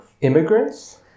immigrants